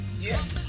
Yes